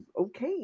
okay